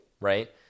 right